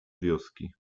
wioski